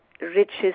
riches